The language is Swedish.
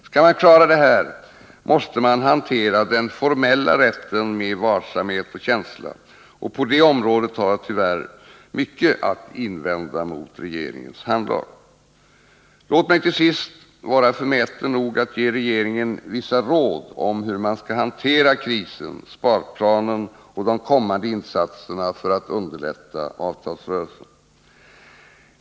Skall man klara detta måste man hantera den formella rätten med varsamhet och känsla, och på det området har jag tyvärr mycket att invända mot regeringens handlag. Låt mig till sist vara förmäten nog att ge regeringen vissa råd om hur man skall hantera krisen, sparplanen och de kommande insatserna för att underlätta avtalsrörelsen.